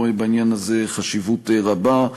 הוא רואה בעניין הזה חשיבות רבה.